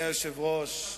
אדוני היושב-ראש,